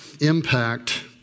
impact